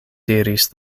diris